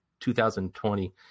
2020